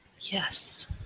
Yes